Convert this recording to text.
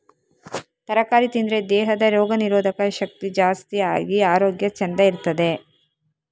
ತರಕಾರಿ ತಿಂದ್ರೆ ದೇಹದ ರೋಗ ನಿರೋಧಕ ಶಕ್ತಿ ಜಾಸ್ತಿ ಆಗಿ ಆರೋಗ್ಯ ಚಂದ ಇರ್ತದೆ